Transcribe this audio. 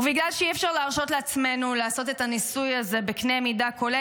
ובגלל שאי-אפשר להרשות לעצמנו לעשות את הניסוי הזה בקנה מידה כולל,